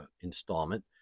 installment